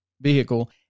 vehicle